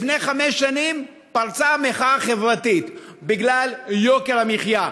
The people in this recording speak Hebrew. לפני חמש שנים פרצה המחאה החברתית בגלל יוקר המחיה,